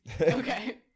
Okay